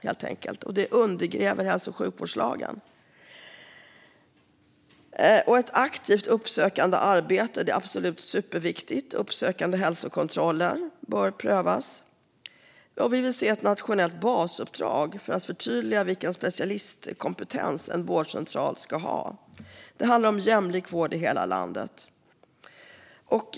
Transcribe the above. Detta undergräver hälso och sjukvårdslagen. Ett aktivt uppsökande arbete är superviktigt. Uppsökande hälsokontroller bör prövas. Och vi vill se ett nationellt basuppdrag för att förtydliga vilken specialistkompetens en vårdcentral ska ha. Det handlar om jämlik vård i hela landet. Fru talman!